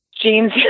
James